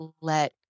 let